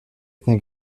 think